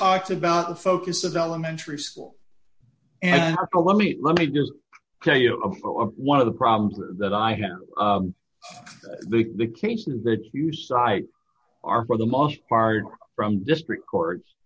talks about the focus of elementary school and let me let me tell you one of the problems that i hear the case and that you cite are for the most part from district courts